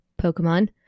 Pokemon